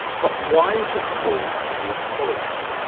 but why is it called the apology?